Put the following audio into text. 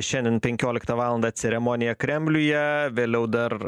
šiandien penkioliktą valandą ceremonija kremliuje vėliau dar